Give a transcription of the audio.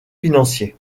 financiers